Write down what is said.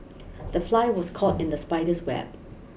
the fly was caught in the spider's web